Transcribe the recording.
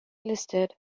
listed